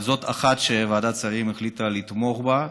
אבל זאת אחת, שוועדת שרים החליטה לתמוך בה.